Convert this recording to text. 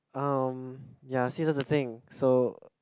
um ya see that's the thing so